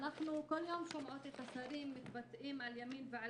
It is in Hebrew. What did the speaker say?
אנחנו כל יום שומעות את השרים מתבטאים על ימין ועל